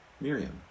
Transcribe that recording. Miriam